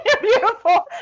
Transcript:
beautiful